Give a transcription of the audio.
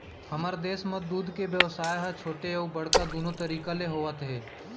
हमर देस म दूद के बेवसाय ह छोटे अउ बड़का दुनो तरीका ले होवत हे